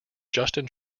justin